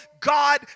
God